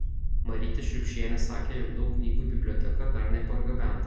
marytė šriubšienė sakė jog daug knygų į biblioteką dar nepargabenta